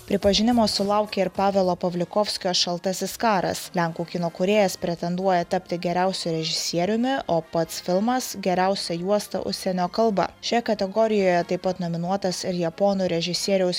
pripažinimo sulaukė ir pavelo pavlikovskio šaltasis karas lenkų kino kūrėjas pretenduoja tapti geriausiu režisieriumi o pats filmas geriausia juosta užsienio kalba šioje kategorijoje taip pat nominuotas ir japonų režisieriaus